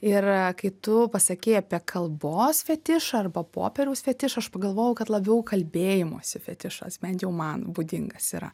ir kai tu pasakei apie kalbos fetišą arba popieriaus fetišą aš pagalvojau kad labiau kalbėjimosi fetišas bent jau man būdingas yra